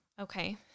okay